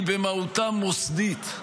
היא במהותה מוסדית.